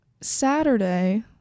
Saturday